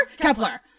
kepler